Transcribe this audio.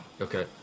Okay